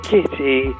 Kitty